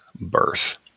birth